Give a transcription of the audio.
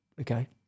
Okay